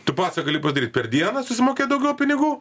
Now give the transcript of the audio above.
tu pasą gali padaryt per dieną susimokėt daugiau pinigų